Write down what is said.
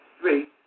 Three